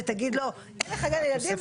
תגיד לו אין לך גן ילדים,